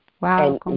Wow